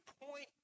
point